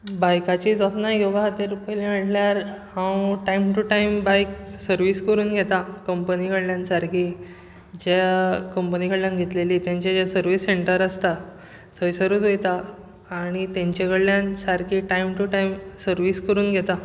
बायकाची जतनाय घेवपा खातीर पयलीं म्हणल्यार हांव टायम टू टायम बायक सर्वीस करून घेतां कंपनी कडल्यान सारकी ज्या कंपनी कडल्यान घेतिल्ली ताची जी सर्वीस सेंटर आसता थंयसरूच वयता आनी तांचे कडल्यान सारकी टायम टू टायम सर्वीस करून घेता